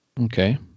Okay